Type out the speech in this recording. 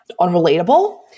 unrelatable